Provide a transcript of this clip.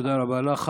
תודה רבה לך.